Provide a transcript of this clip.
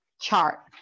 chart